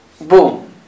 boom